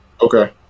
Okay